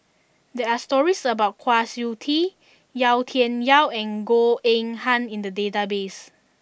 there are stories about Kwa Siew Tee Yau Tian Yau and Goh Eng Han in the database